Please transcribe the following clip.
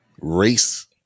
race